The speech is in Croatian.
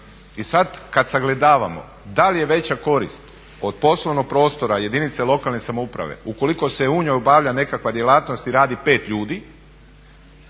I sad kad sagledavamo da li je veća korist od poslovnog prostora jedinice lokalne samouprave ukoliko se u njoj obavlja nekakva djelatnost i radi pet ljudi